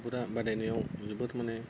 पुरा बादायनायाव जोबोद माने